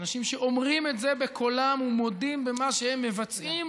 אנשים שאומרים את זה בקולם ומודים במה שהם מבצעים,